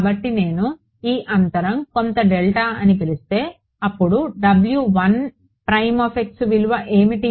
కాబట్టి నేను ఈ అంతరం కొంత డెల్టా అని పిలిస్తే అప్పుడు విలువ ఏమిటి